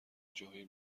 جاهای